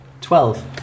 Twelve